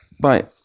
Bye